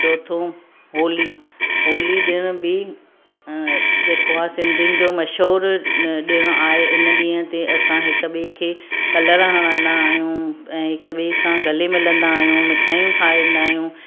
चोथों होली होली ॾिणु बि अ जेको आहे सिंधियुनि जो मशहूरु ॾिणु आहे इन ॾींहं ते असां हिकु ॿिए खे कलरु हणंदा आहियूं ऐं हिकु ॿिए सां गले मिलंदा आहियूं मिठायूं खाराईंदा आहियूं